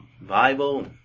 Bible